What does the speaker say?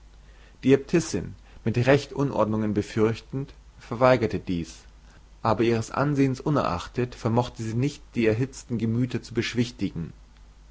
die äbtissin mit recht unordnungen befürchtend verweigerte dies aber ihres ansehens unerachtet vermochte sie nicht die erhitzten gemüter zu beschwichtigen